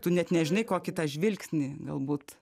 tu net nežinai kokį tą žvilgsnį galbūt